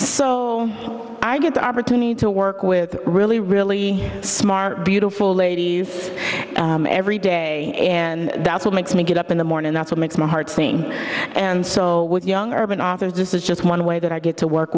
so i get the opportunity to work with really really smart beautiful ladies every day and that's what makes me get up in the morning that's what makes my heart sing and so with young urban authors this is just one way that i get to work